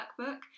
workbook